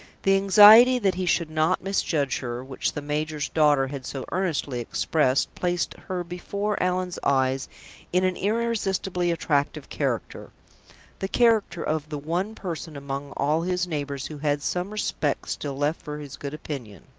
the anxiety that he should not misjudge her, which the major's daughter had so earnestly expressed, placed her before allan's eyes in an irresistibly attractive character the character of the one person among all his neighbors who had some respect still left for his good opinion.